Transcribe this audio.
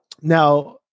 now